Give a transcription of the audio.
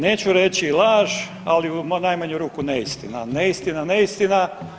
Neću reći laž, ali u najmanju ruku neistina, neistina, neistina.